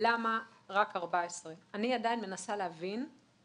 למה רק 14. אני עדיין מנסה להבין,